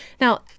Now